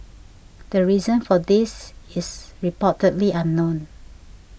the reason for this is reportedly unknown